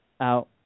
Out